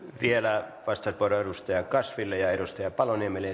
vielä vastauspuheenvuoro edustaja kasville ja edustaja paloniemelle